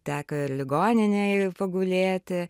teko ir ligoninėj pagulėti